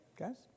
guys